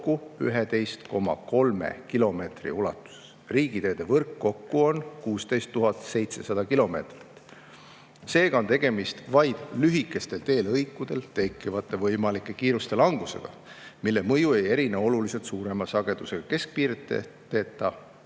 11,3 kilomeetri ulatuses. Riigiteede võrk kokku on 16 700 kilomeetrit. Seega on tegemist vaid lühikestel teelõikudel tekkiva võimaliku kiiruse langusega, mille mõju ei erine oluliselt suurema sagedusega keskpiireteta